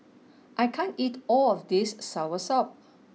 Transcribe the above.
I can't eat all of this Soursop